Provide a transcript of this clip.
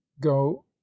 go